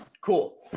Cool